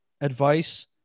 advice